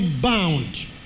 bound